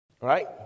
Right